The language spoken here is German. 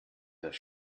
das